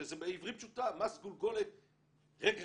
שזה בעברית פשוטה מס גולגולת רגרסיבי,